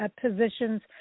positions